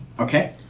Okay